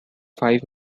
five